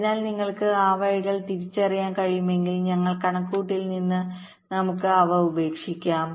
അതിനാൽ നിങ്ങൾക്ക് ആ വഴികൾ തിരിച്ചറിയാൻ കഴിയുമെങ്കിൽ ഞങ്ങളുടെ കണക്കുകൂട്ടലിൽ നിന്ന് നമുക്ക് അവ ഉപേക്ഷിക്കാം